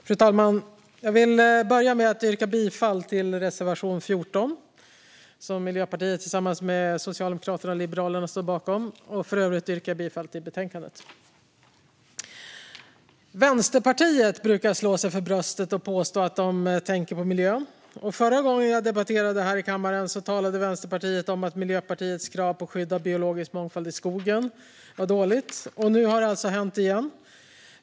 Fru talman! Jag vill börja med att yrka bifall till reservation 14, som Miljöpartiet står bakom tillsammans med Socialdemokraterna och Liberalerna. I övrigt yrkar jag bifall till utskottets förslag i betänkandet. Vänsterpartiet brukar slå sig för bröstet och påstå att de tänker på miljön. Förra gången jag debatterade i kammaren talade Vänsterpartiet om att Miljöpartiets krav på skydd av biologisk mångfald i skogen var dåligt. Nu har det alltså hänt igen.